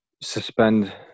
suspend